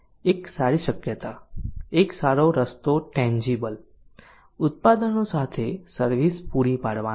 એક સારી શક્યતા એક સારો રસ્તો ટેન્જીબલ ઉત્પાદનો સાથે સર્વિસ પૂરી પાડવાનો છે